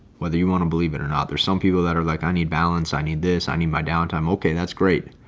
whether you want to believe it or not, there's some people that are like, i need balance. i need this. i need my downtime. okay, that's great.